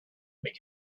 again